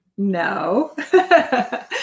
No